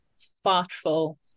thoughtful